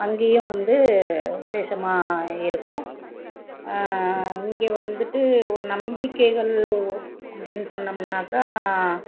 அங்கேயும் வந்து விசேஷமாக இருக்கும் இங்கே வந்துட்டு ஒரு நம்பிக்கைகள் அப்பிடின்னு சொன்னோம்னாக்கா